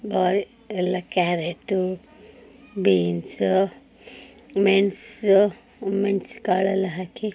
ಭಾರಿ ಎಲ್ಲ carrot beans ಮೆಣಸು ಮೆಣ್ಸು ಕಾಳೆಲ್ಲ ಹಾಕಿ